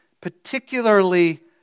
particularly